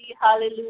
Hallelujah